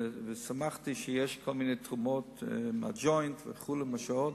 ושמחתי שיש כל מיני תרומות מה"ג'וינט" ועוד,